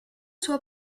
sua